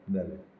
जालें